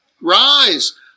Rise